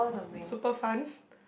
super fun